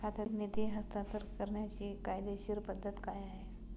खात्यातील निधी हस्तांतर करण्याची कायदेशीर पद्धत काय आहे?